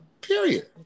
Period